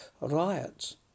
riots